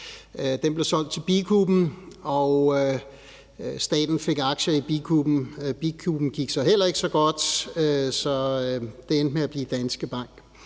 der blev solgt til Bikuben, og staten fik aktier i Bikuben. Bikuben gik så heller ikke så godt, at det endte med at blive Danske Bank.